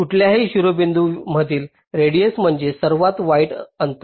कुठल्याही शिरोबिंदूमधील रेडिएस म्हणजे सर्वात वाईट अंतर